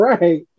Right